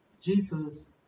Jesus